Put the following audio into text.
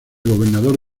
gobernador